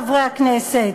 חברי חברי הכנסת?